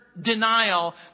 denial